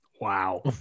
Wow